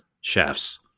chefs